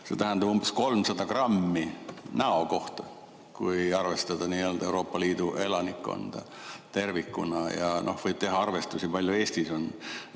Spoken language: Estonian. tähendab umbes 300 grammi näo kohta, kui arvestada Euroopa Liidu elanikkonda tervikuna, ja võib teha arvestusi, kui palju Eestil on